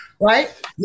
right